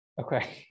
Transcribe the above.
Okay